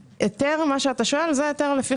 ההיתר שאתה שואל עליו הוא היתר לפי